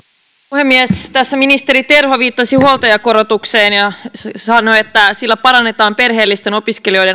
puhemies tässä ministeri terho viittasi huoltajakorotukseen ja sanoi että sillä parannetaan perheellisten opiskelijoiden